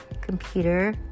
computer